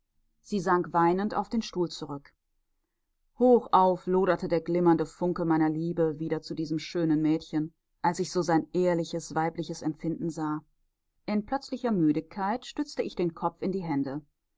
sie sank weinend auf den stuhl zurück hochauf loderte der glimmende funke meiner liebe wieder zu diesem schönen mädchen als ich so sein ehrliches weibliches empfinden sah in plötzlicher müdigkeit stützte ich den kopf in die hände